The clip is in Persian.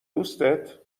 دوستت